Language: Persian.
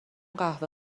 قهوه